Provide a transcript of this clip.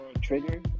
Trigger